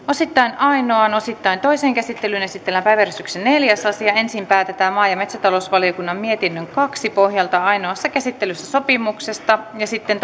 osittain ainoaan osittain toiseen käsittelyyn esitellään päiväjärjestyksen neljäs asia ensin päätetään maa ja metsätalousvaliokunnan mietinnön kaksi pohjalta ainoassa käsittelyssä sopimuksesta ja sitten